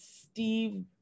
Steve